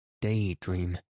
daydream